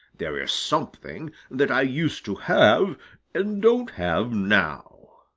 there is something that i used to have and don't have now.